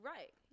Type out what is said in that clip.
Right